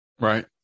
Right